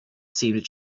seemed